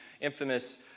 infamous